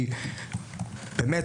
כי באמת,